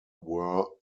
were